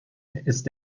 ist